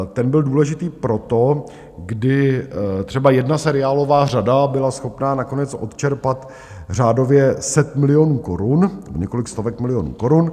Ten byl důležitý proto, kdy třeba jedna seriálová řada byla schopná nakonec odčerpat řádově set milionů korun, několik stovek milionů korun.